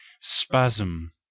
spasm